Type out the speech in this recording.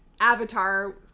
avatar